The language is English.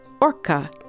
orca